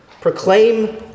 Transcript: proclaim